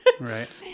Right